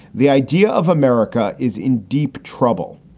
the idea of america is in deep trouble,